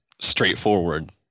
straightforward